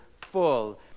full